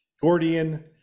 Gordian